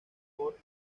por